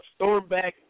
Stormback